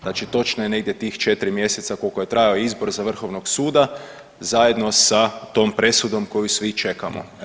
Znači, točno je negdje tih 4 mjeseca koliko je trajao izbor za Vrhovnog suda, zajedno sa tom presudom koju svi čekamo.